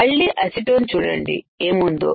మళ్లీ అసిటోన్ చూడండి ఏముందో